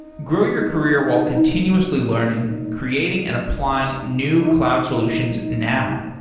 grow your career while continuously learning, creating and applying new cloud solutions now.